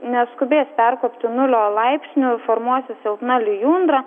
neskubės perkopti nulio laipsnių formuosis silpna lijundra